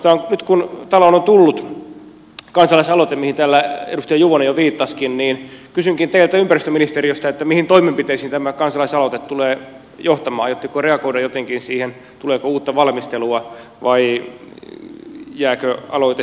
oikeastaan nyt kun taloon on tullut kansalaisaloite mihin täällä edustaja juvonen jo viittasikin kysynkin teiltä ympäristöministeriöstä mihin toimenpiteisiin tämä kansalaisaloite tulee johtamaan aiotteko reagoida jotenkin siihen tuleeko uutta valmistelua vai jääkö aloite sikseen